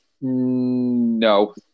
no